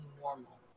normal